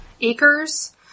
acres